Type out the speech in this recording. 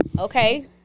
okay